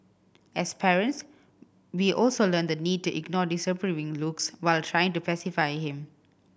as parents we also learn the need to ignore disapproving looks while trying to pacify him